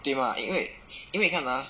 对吗因为因为你看 ah